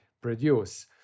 produce